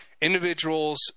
individuals